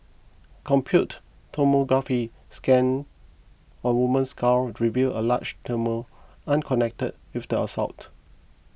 compute tomography scan on woman's skull revealed a large tumour unconnected with the assault